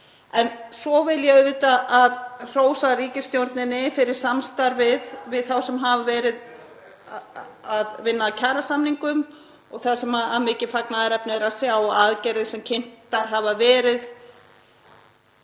En svo vil ég auðvitað hrósa ríkisstjórninni fyrir samstarfið við þá sem hafa verið að vinna að kjarasamningum. Það er mikið fagnaðarefni að sjá þær aðgerðir sem kynntar hafa verið